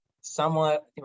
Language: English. somewhat